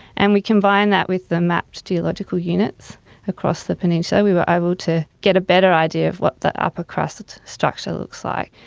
and we combine that with the mapped geological units across the peninsula, we were able to get a better idea of what the upper-crust structure looks like.